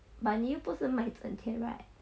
but 你又不是卖整天 right